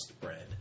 bread